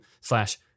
slash